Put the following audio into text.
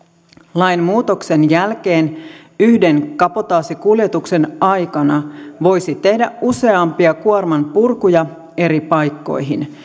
lainmuutoksen jälkeen yhden kabotaasikuljetuksen aikana voisi tehdä useampia kuormanpurkuja eri paikkoihin